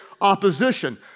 opposition